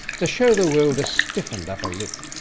to show the world a stiffened upper lip!